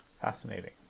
Fascinating